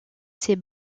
ses